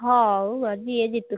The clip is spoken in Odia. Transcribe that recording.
ହଉ ବା ଯିଏ ଜିତୁ